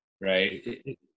Right